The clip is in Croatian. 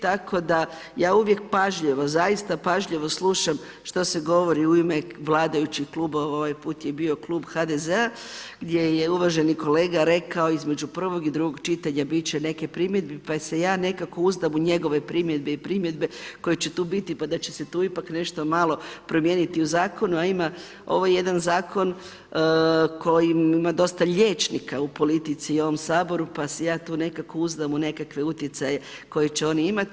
Tako da ja uvijek pažljivo, zaista pažljivo slušam što se govori u ime vladajućih klubova, ovaj put je bio klub HDZ-a gdje je uvaženi kolega rekao između prvog i drugog čitanja bit će neke primjedbi pa se ja nekako uzdam u njegove primjedbe i primjedbe koje će tu biti pa da će se tu ipak nešto malo promijeniti u zakonu, a ima ovaj jedan zakon kojim ima dosta liječnika u politici i u ovom Saboru pa se ja tu nekako uzdam u neke utjecaje koje će oni imati.